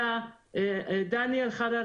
לא היה להם זמן עד היום לעשות את הרשימה,